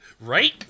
Right